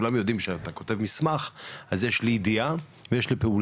כולם יודעים שאתה כותב מסמך אז יש לידיעה ויש לפעולה,